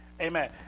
Amen